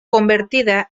convertida